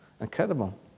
Incredible